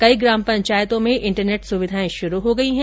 कई ग्राम पंचायतों में इंटरनेट सुविधाएं शुरू हो गई है